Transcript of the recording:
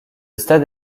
stade